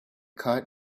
kite